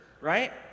right